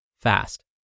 fast